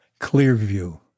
Clearview